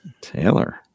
Taylor